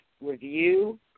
review